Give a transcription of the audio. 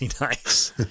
nice